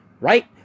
right